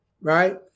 right